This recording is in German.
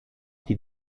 die